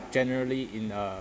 generally in a